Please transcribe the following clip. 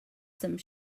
some